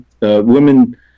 women